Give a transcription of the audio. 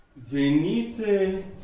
Venite